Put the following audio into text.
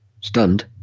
stunned